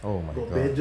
oh my god